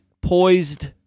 poised